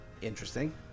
interesting